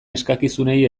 eskakizunei